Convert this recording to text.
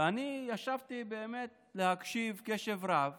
ואני ישבתי באמת להקשיב קשב רב